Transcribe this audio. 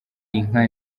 inka